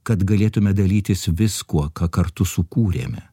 kad galėtume dalytis viskuo ką kartu sukūrėme